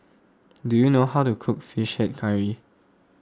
do you know how to cook Fish Head Curry